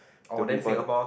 to people that